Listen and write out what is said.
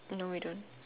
no we don't